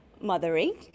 mothering